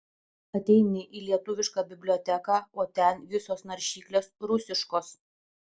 ateini į lietuviška biblioteką o ten visos naršyklės rusiškos